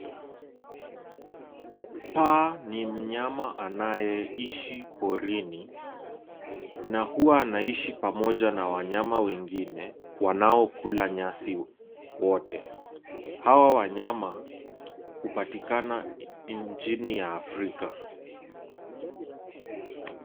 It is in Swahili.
Paa ni mnyama anayeishi porini na huwa anaishi pamoja na wanyama wengine wanaokula nyasi wote. Hawa wanyama upatikana nchini ya Africa.